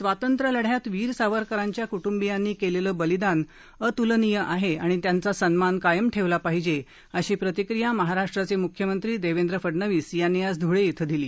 स्वातंत्र्यलढ़यात वीर सावरकरांच्या कृट्बीयांनी केलेलं बलिदान अत्लनीय आहे आणि त्यांचा सन्मान कायम ठेवला पाहिजे अशी प्रतिक्रिया महाराष्ट्राचे मुख्यमंत्री देवेंद्र फडणवीस यांनी आज धुळे इथं दिली